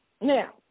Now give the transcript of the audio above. Now